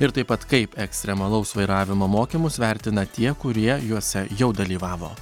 ir taip pat kaip ekstremalaus vairavimo mokymus vertina tie kurie juose jau dalyvavo